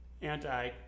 anti